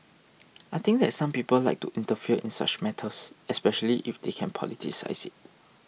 I think that some people like to interfere in such matters especially if they can politicise it